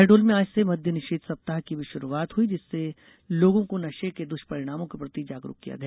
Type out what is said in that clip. शहडोल में आज से मद्य निषेध सप्ताह की भी शुरूआत हुई जिसमें लोगों को नशे के दुष्परिणामों के प्रति जागरूक किया गया